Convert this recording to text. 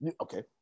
Okay